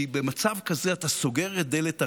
כי במצב כזה אתה סוגר את דלת הרגש,